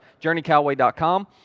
journeycalway.com